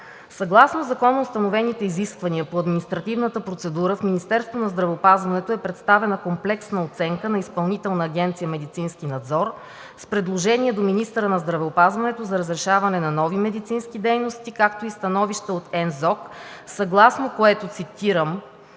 Съгласно законоустановените изисквания по административната процедура в Министерството на здравеопазването е представена комплексна оценка на Изпълнителна агенция „Медицински надзор“ с предложение до министъра на здравеопазването за разрешаване на нови медицински дейности, както и становища от НЗОК, съгласно които – цитирам: